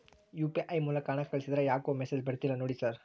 UPI ಮೂಲಕ ಹಣ ಕಳಿಸಿದ್ರ ಯಾಕೋ ಮೆಸೇಜ್ ಬರ್ತಿಲ್ಲ ನೋಡಿ ಸರ್?